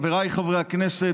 חבריי חברי הכנסת,